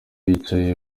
bicaye